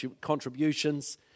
contributions